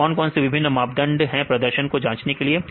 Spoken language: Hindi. तो कौन कौन से विभिन्न मापदंड हैं प्रदर्शन को जांचने के लिए